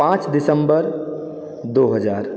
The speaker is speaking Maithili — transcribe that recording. पाँच दिसम्बर दो हजार